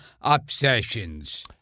obsessions